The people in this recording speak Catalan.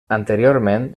anteriorment